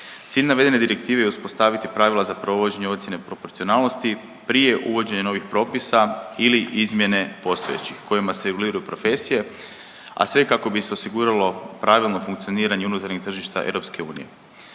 Cilj navedene direktive je uspostaviti pravila za provođenje ocijene proporcionalnosti prije uvođenja novih propisa ili izmjene postojećih kojima se reguliraju profesije, a sve kako bi se osiguralo pravilno funkcioniranje unutarnjeg tržišta Europske unije.